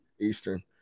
Eastern